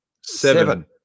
Seven